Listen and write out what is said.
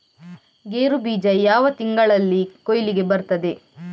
ಗೇರು ಬೀಜ ಯಾವ ತಿಂಗಳಲ್ಲಿ ಕೊಯ್ಲಿಗೆ ಬರ್ತದೆ?